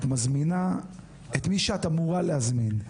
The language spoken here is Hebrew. את מזמינה את מי שאת אמורה להזמין.